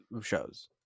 shows